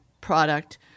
product